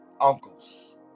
Uncles